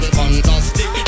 fantastic